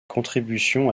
contributions